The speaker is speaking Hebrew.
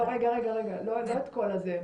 לא, רגע, לא את כל זה.